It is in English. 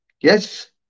Yes